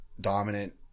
dominant